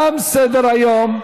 תם סדר-היום.